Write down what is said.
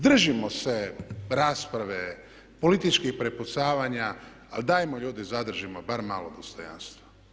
Držimo se rasprave i političkih prepucavanja ali dajmo ljudi zadržimo bar malo dostojanstva.